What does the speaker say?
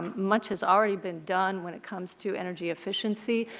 much has already been done when it comes to energy efficiency.